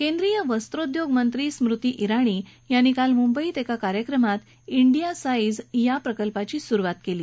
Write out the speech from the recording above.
केंद्रीय वस्रोद्योग मंत्री स्मृती इराणी यांनी काल मुंबईत एका कार्यक्रमात इंडिया साईझ या प्रकल्पाची सुरुवात केली